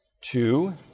two